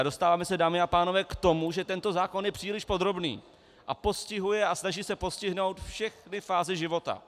A dostáváme se, dámy a pánové, k tomu, že tento zákon je příliš podrobný a postihuje a snaží se postihnout všechny fáze života.